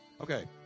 Okay